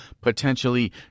potentially